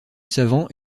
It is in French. savant